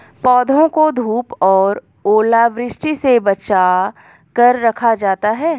पौधों को धूप और ओलावृष्टि से बचा कर रखा जाता है